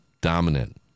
dominant